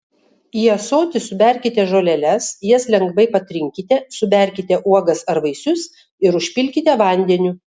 į ąsotį suberkite žoleles jas lengvai patrinkite suberkite uogas ar vaisius ir užpilkite vandeniu